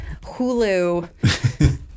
Hulu